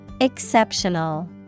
Exceptional